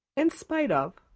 in spite of.